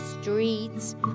streets